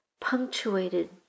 punctuated